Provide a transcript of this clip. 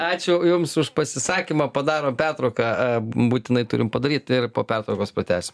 ačiū jums už pasisakymą padarom pertrauką būtinai turim padaryti ir po pertraukos pratęsim